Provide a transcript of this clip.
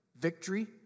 victory